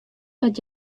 dat